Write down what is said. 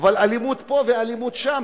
אבל אלימות פה ואלימות שם.